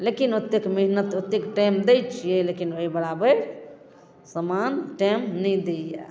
लेकिन ओतेक मेहनत ओतेक टाइम दै छियै लेकिन ओइ बराबैर सामान टाइम नहि दै यऽ